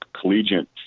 collegiate